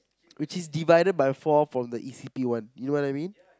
which is divided by four from the eve city one you know what I mean